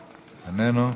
איננו,